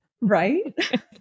right